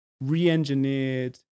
re-engineered